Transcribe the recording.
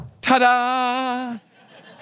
Ta-da